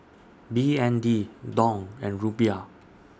B N D Dong and Rupiah